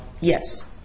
Yes